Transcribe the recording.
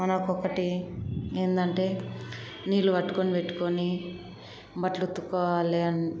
మనకి ఒకటి ఏమిటంటే నీళ్ళు పట్టుకోని పెట్టుకోని బట్టలు ఉత్తుక్కోవాలి